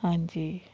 ਹਾਂਜੀ